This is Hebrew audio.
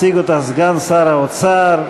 מציג אותה סגן שר האוצר,